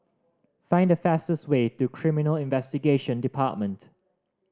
find the fastest way to Criminal Investigation Department